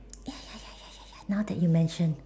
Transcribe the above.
ya ya ya ya ya ya now that you mention